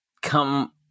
come